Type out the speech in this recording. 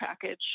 package